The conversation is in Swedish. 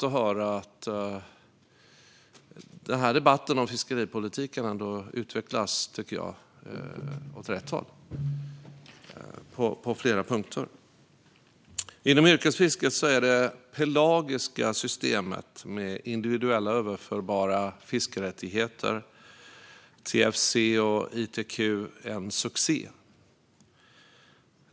Jag tycker att debatten om fiskeripolitiken utvecklas åt rätt håll på flera punkter. Inom yrkesfisket är det pelagiska systemet med individuella överförbara fiskerättigheter, TFC och ITQ, en succé.